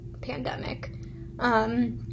pandemic